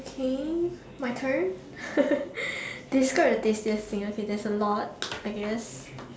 okay my turn describe the tastiest thing okay there's a lot I guess